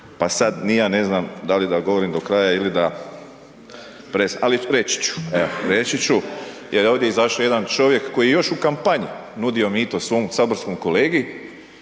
pa sada ni ja ne znam da li da govorim do kraja ili da ali reći ću. Evo reći ću jer je ovdje izašao jedan čovjek koji je još u kampanji nudio mito svom saborskom kolegi,